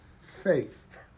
faith